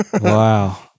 Wow